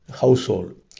household